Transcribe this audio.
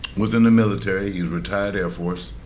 was in the military. he's retired air force.